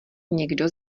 někdo